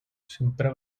sempre